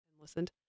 listened